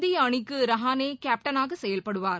இந்திய அணிக்கு ரஹானே கேப்டனாக செயல்படுவார்